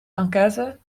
enquête